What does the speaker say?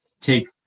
take